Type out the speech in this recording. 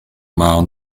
marne